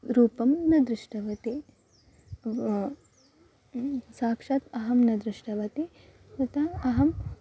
रूपं न दृष्टवती साक्षात् अहं न दृष्टवती तथा अहम्